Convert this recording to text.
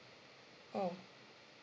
oh